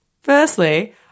Firstly